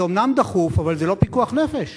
זה אומנם דחוף, אבל זה לא פיקוח נפש.